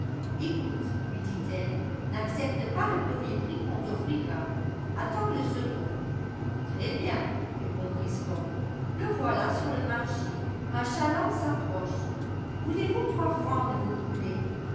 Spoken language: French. écoute lui dit-elle n'accepte pas le premier prix qu'on t'offrira attends le second très-bien répond christophe le voilà sur le marché un chaland s'approche voulez-vous trois francs de vos poulels